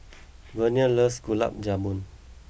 Verna loves Gulab Jamun